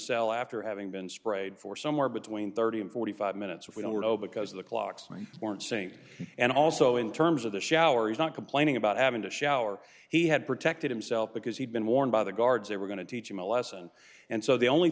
cell after having been sprayed for somewhere between thirty and forty five minutes which we don't know because the clocks weren't saying and also in terms of the showers not complaining about having to shower he had protected himself because he'd been warned by the guards they were going to teach him a lesson and so the only